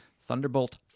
Thunderbolt